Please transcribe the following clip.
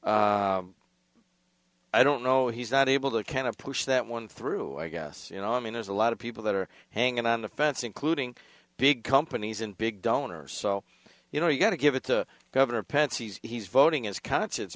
fine i don't know he's not able to kind of push that one through i guess you know i mean there's a lot of people that are hanging on the fence including big companies and big donors so you know you got to give it to governor pence he's he's voting is conscience